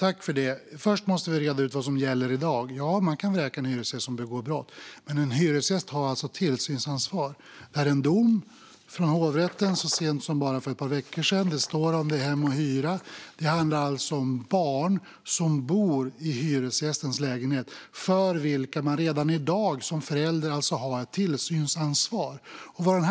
Fru talman! Först måste vi reda ut vad som gäller i dag. Ja, man kan vräka en hyresgäst som begår brott. Men en hyresgäst har alltså tillsynsansvar. Här har jag en dom från hovrätten från så sent som bara ett par veckor sedan. Det står om den i Hem & Hyra. Det handlar alltså om barn som bor i hyresgästens lägenhet. För barn har man som förälder ett tillsynsansvar redan i dag.